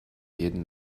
jeden